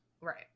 right